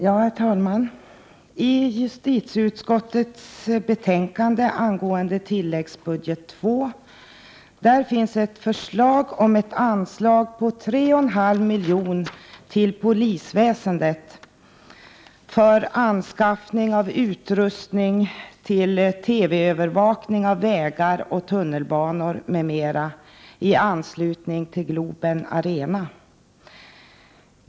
Herr talman! I justitieutskottets betänkande angående tilläggsbudget II finns ett förslag om ett anslag på 3,55 milj.kr. till polisväsendet för anskaffning av utrustning till TV-övervakning av vägar och tunnelbanor m.m. i anslutning till Globen Arena.